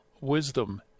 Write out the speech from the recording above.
wisdom